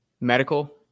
Medical